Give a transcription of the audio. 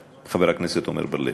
חבר הכנסת עמר בר-לב.